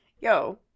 yo